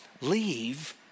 leave